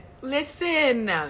listen